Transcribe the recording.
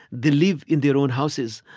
they live in their own houses.